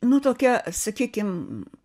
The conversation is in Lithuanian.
nu tokia sakykim